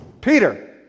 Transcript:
Peter